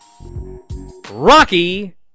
Rocky